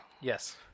Yes